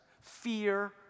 fear